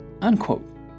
unquote